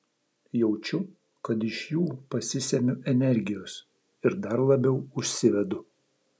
jaučiu kad iš jų pasisemiu energijos ir dar labiau užsivedu